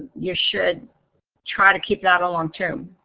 you should try to keep that along too.